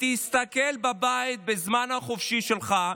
ותסתכל בבית בזמן החופשי שלך.